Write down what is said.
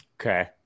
Okay